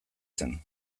zen